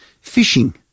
fishing